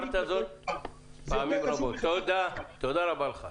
תודה רבה לך.